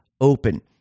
open